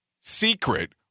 secret